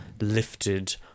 lifted